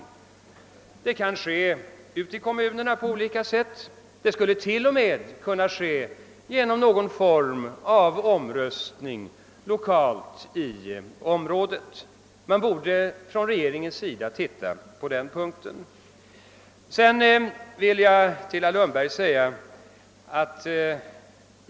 Det kan ske ute i kommunerna på olika sätt; det skulle t.o.m. kunna ske genom någon form av omröstning lokalt i området. Regeringen borde se på den frågan.